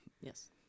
Yes